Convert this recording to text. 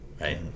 right